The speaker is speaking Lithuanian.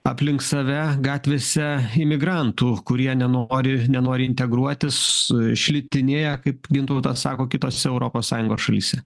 aplink save gatvėse imigrantų kurie nenori nenori integruotis šlitinėja kaip gintautas sako kitose europos sąjungos šalyse